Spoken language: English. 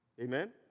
Amen